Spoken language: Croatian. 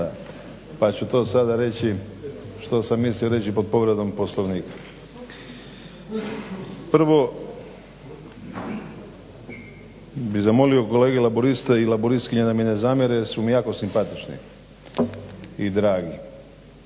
pa ću to sada reći što sam mislio reći pod povredom Poslovnika. Prvo bih zamolio kolege laburiste i laburistkinje da mi ne zamjere jer su mi jako simpatični i dragi,